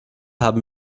haben